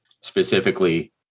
specifically